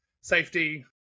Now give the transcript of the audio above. safety